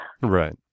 Right